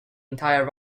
entire